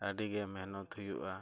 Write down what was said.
ᱟᱹᱰᱤ ᱜᱮ ᱢᱮᱦᱱᱚᱛ ᱦᱩᱭᱩᱜᱼᱟ